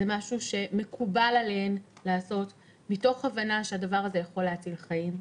זה משהו שמקובל עליהן לעשות מתוך הבנה שהדבר הזה יכול להציל חיים.